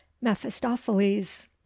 mephistopheles